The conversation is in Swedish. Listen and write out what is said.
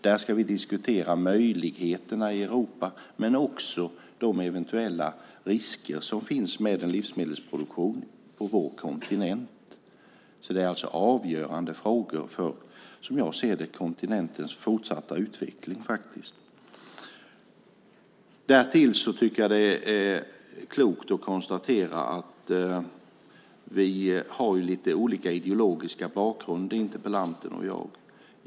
Där ska vi diskutera möjligheterna i Europa, men också de eventuella risker som finns med livsmedelsproduktionen på vår kontinent. Det är avgörande frågor för kontinentens fortsatta utveckling, som jag ser det. Därtill tycker jag att det är klokt att konstatera att interpellanten och jag har lite olika ideologisk bakgrund.